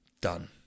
done